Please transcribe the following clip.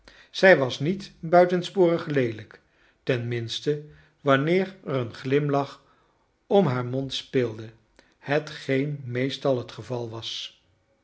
zij was niet buitensporig leelijk ten minste wanneer er een glimlach om haar mond speelde hetgeen meestal het geval was